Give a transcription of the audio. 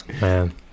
Man